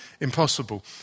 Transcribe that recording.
impossible